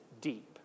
deep